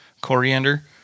coriander